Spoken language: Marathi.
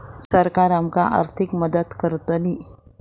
सरकार आमका आर्थिक मदत करतली?